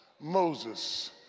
Moses